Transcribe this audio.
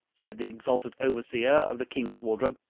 said the exalted overseer of the king's wardrobe,